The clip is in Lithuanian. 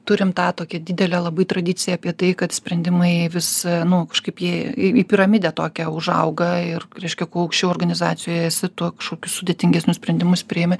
turim tą tokią didelę labai tradiciją apie tai kad sprendimai vis kažkaip jie į piramidę tokią užauga ir reiškia kuo aukščiau organizacijoj esi tuo kažkokius sudėtingesnius sprendimus priimi